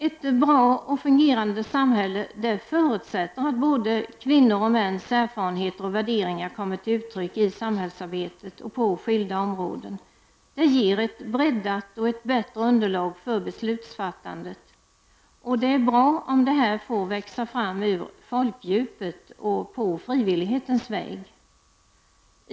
Ett bra och fungerande samhälle förutsätter att både kvinnors och mäns erfarenheter och värderingar kommer till uttryck på skilda områden i samhällsarbetet. Det ger ett breddat och bättre underlag för beslutsfattandet. Det är bra om detta får växa fram ur folkdjupet och på frivillig väg.